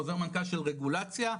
חוזר מנכ"ל של רגולציה,